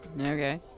Okay